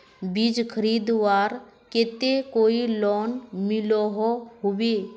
बीज खरीदवार केते कोई लोन मिलोहो होबे?